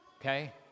Okay